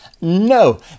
No